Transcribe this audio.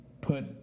put